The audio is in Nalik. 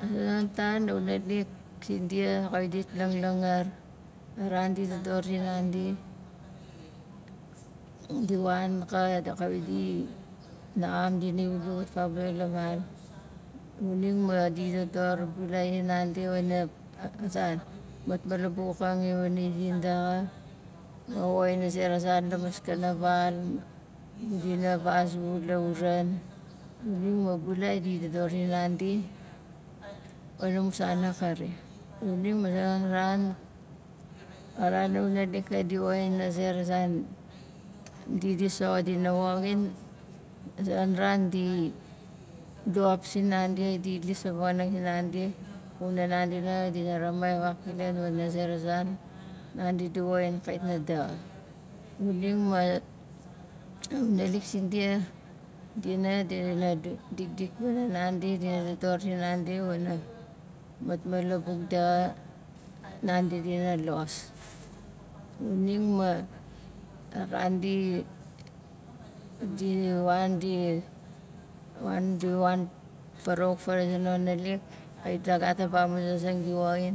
A zonon tan axu naalik zindia diwit na langlangar a ran di dodor zinandi di wan ka da- kawit di naxam dinan wule wat fabuza la val xuning ma di dodor bulai zinandi wana a zan matmalabukang i wana zin daxa ma woxin a zera zan la maskana val, dina vazu lauran xuning ma bulai di dodor zinandi, wana mu san akara xuning ma zonon ran- a ran amu xxunaalik sait di woxin a zera zan di- di soxot dina woxin a zonon ran di luapizin nandi di lis a vangaan sinandi xuna nandi nanga dina ramai vaakilan wana zera zan nandi di woxin kait nai daxa xuning ma, a xunaalik sindia dia nanga dina dikdik pana nandi, dina dodor zinandi wana matmalabuk daxa nandi dina los xuning ma, a ran di- di wan- di wan- di wan faraxuk vaaraxai zonon naalik kawi na gat amu vamuzasing di woxin